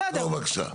תעצור בבקשה.